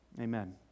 Amen